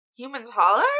humansholler